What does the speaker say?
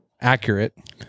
accurate